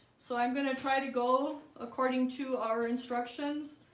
so i'm going to try to go according to our instructions